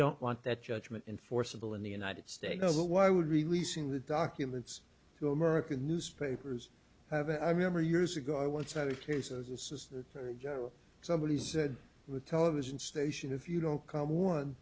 don't want that judgment enforceable in the united states but why would releasing the documents to american newspapers have i remember years ago i once had a case of this is the general somebody said the television station if you don't come one